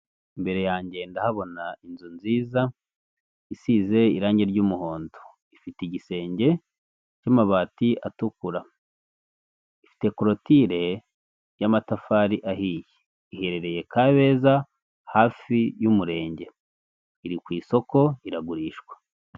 Imbere yanjye ndahabona inzu nziza, isize irangi ry'umuhondo, ifite igisenge cy'amabati atukura, ifite corotire y'amatafari ahiye. iherereye Kabeza hafi y'umurenge, iri ku isoko iragurishwa.